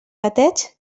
gatets